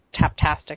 Taptastic